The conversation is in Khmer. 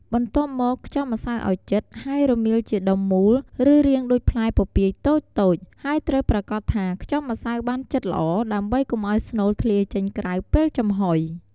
បន្ទាប់មក ខ្ទប់ម្សៅឲ្យជិត ហើយរមៀលជាដុំមូល ឬរាងដូចផ្លែពពាយតូចៗ ហើយត្រូវប្រាកដថាការខ្ទប់ម្សៅបានជិតល្អ ដើម្បីកុំឲ្យស្នូលធ្លាយចេញក្រៅពេលចំហុយ។